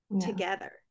together